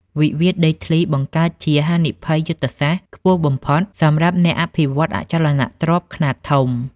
វិវាទដីធ្លីបង្កើតជា "ហានិភ័យយុទ្ធសាស្ត្រ" ខ្ពស់បំផុតសម្រាប់អ្នកអភិវឌ្ឍន៍អចលនទ្រព្យខ្នាតធំ។